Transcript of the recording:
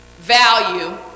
value